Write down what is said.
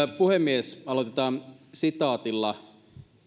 puhemies aloitetaan sitaatilla